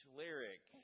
lyric